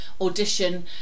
audition